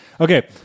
Okay